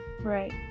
right